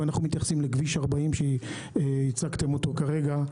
אם אנחנו מתייחסים לכביש 40 שהצגתם כרגע,